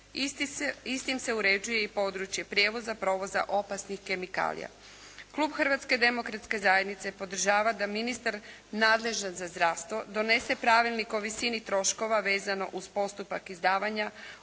Istim se uređuje i područje prijevoza, provoza opasnih kemikalija. Klub Hrvatske demokratske zajednice podržava da ministar nadležan za zdravstvo donese pravilnik o visini troškova vezano uz postupak izdavanja